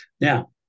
Now